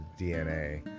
DNA